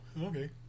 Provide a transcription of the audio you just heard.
Okay